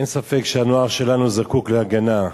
אין ספק שהנוער שלנו זקוק להגנה,